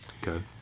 Good